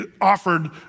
offered